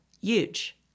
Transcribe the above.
huge